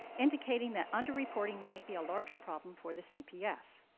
indicating that under-reporting might be a larger problem for the cps.